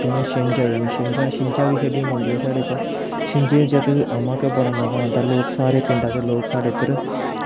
जि'यां छिंज आई छिंजां बी खेढियां जंदियां साढ़ै इत्था छिंजें च ते अम्मा बड़ा गै मज़ा आंदा सारे पिंडा दे लोग साढ़े इद्धर